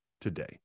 today